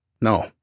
No